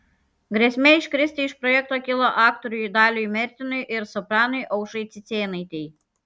grėsmė iškristi iš projekto kilo aktoriui daliui mertinui ir sopranui aušrai cicėnaitei